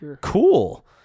cool